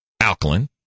alkaline